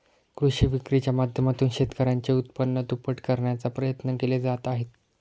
कृषी विक्रीच्या माध्यमातून शेतकऱ्यांचे उत्पन्न दुप्पट करण्याचा प्रयत्न केले जात आहेत